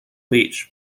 beach